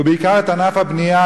ובעיקר את ענף הבנייה,